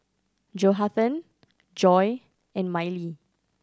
Johathan Joy and Mylie